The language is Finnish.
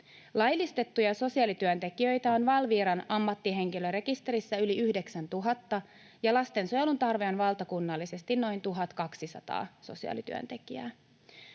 Laillistettuja sosiaalityöntekijöitä on Valviran ammattihenkilörekisterissä yli 9 000, ja lastensuojelun tarve on valtakunnallisesti noin 1 200 sosiaalityöntekijää.